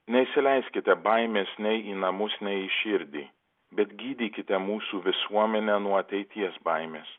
neįsileiskite baimės nei į namus nei į širdį bet gydykite mūsų visuomenę nuo ateities baimės